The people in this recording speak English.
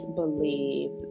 believe